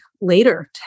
later